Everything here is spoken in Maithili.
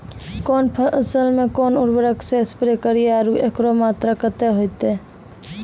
कौन फसल मे कोन उर्वरक से स्प्रे करिये आरु एकरो मात्रा कत्ते होते?